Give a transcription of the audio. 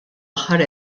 aħħar